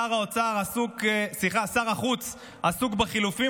שר החוץ עסוק בחילופים,